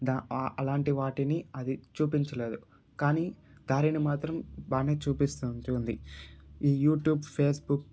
దా అలాంటి వాటిని అది చూపించలేదు కానీ దారిని మాత్రం బాగానే చూపిస్తు ఉంటుంది ఈ యూట్యూబ్ ఫేస్బుక్